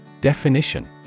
Definition